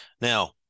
Now